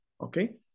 Okay